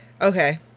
Okay